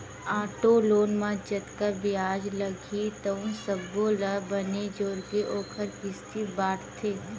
auto loan म जतका बियाज लागही तउन सब्बो ल बने जोरके ओखर किस्ती बाटथे